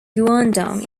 guangdong